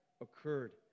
occurred